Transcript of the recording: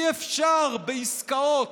אי-אפשר בעסקאות,